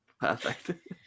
Perfect